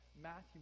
Matthew